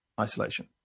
isolation